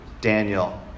Daniel